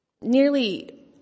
Nearly